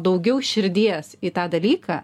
daugiau širdies į tą dalyką